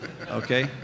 Okay